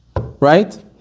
Right